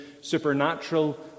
supernatural